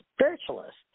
spiritualists